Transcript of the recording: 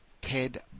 Ted